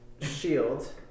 Shield